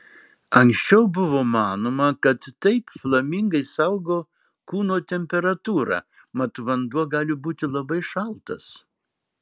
anksčiau buvo manoma kad taip flamingai saugo kūno temperatūrą mat vanduo gali būti labai šaltas